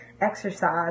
exercise